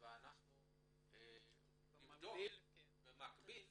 ואנחנו במקביל